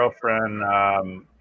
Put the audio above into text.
girlfriend